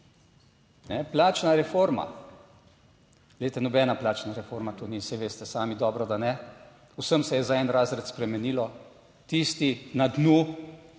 Plačna reforma. Glejte, nobena plačna reforma to ni, saj veste sami, dobro da ne. Vsem, se je za en razred spremenilo, tisti na dnu,